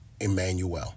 Emmanuel